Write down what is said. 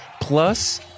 plus